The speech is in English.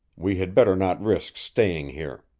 we had better not risk staying here.